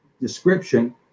description